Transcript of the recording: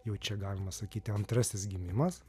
jau čia galima sakyti antrasis gimimas